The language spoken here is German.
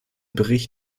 bericht